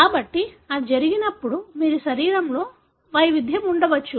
కాబట్టి అది జరిగినప్పుడు మీరు శరీరంలో వైవిధ్యం ఉండవచ్చు